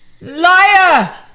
Liar